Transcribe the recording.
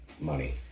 money